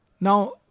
Now